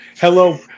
Hello